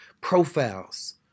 profiles